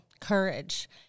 courage